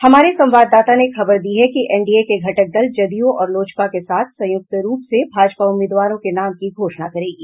हमारे संवाददाता ने खबर दी है कि एनडीए के घटक दल जदयू और लोजपा के साथ संयुक्त रूप से भाजपा उम्मीदवारों के नाम की घोषणा करेगी